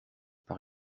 par